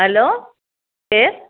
hello केरु